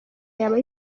yaba